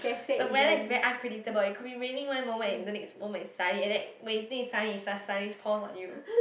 the weather is very unpredictable it could be raining one moment and the next moment its sunny and then when you think it's sunny it star~ suddenly pours on you